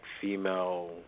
female